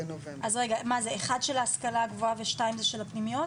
אז 1 זה של ההשכלה הגבוהה ו-2 זה של הפנימיות?